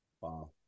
wow